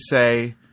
say